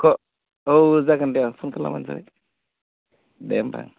औ जागोन दे औ फन खालामब्लानो जाबाय दे होमब्ला